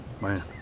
Man